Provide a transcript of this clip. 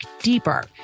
deeper